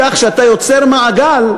כך שאתה יוצר מעגל,